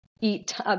eat